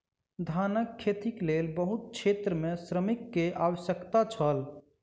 धानक खेतीक लेल बहुत क्षेत्र में श्रमिक के आवश्यकता छल